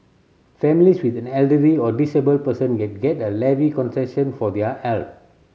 families with an elderly or disabled person can get a levy concession for their help